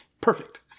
perfect